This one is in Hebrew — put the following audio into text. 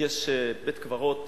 יש בית-קברות